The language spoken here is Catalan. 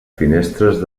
finestres